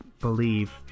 believe